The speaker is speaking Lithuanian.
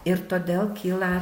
ir todėl kyla